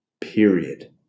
Period